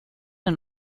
and